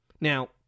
Now